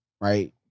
Right